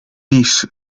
niece